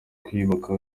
kwiyubaka